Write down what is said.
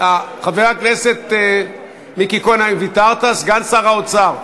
חבר הכנסת מיקי לוי, סגן שר האוצר,